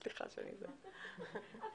אני אעלה פה